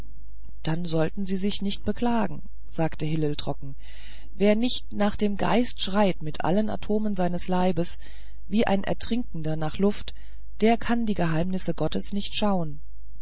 dann sollten sie sich nicht beklagen sagte hillel trocken wer nicht nach dem geist schreit mit allen atomen seines leibes wie ein erstickender nach luft der kann die geheimnisse gottes nicht schauen